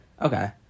Okay